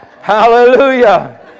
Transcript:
Hallelujah